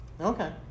Okay